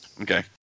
Okay